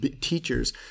teachers